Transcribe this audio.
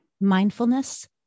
mindfulness